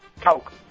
Coke